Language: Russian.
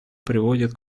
приводит